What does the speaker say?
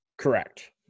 correct